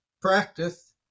practice